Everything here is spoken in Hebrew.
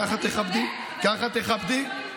ככה תכבדי?